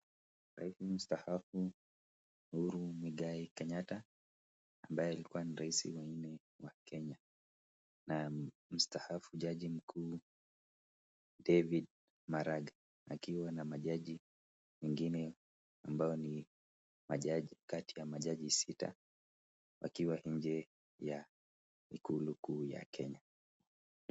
Rais mstaafu Uhuru Muigai Kenyatta ambaye alikuwa ni rais wa nne wa Kenya, na mstaafu jaji mkuu David Maraga wakiwa na majaji wengine ambao ni majaji kati ya majaji sita wakiwa nje ya ikulu kuu ya Kenya.